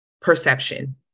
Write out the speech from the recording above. perception